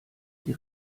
die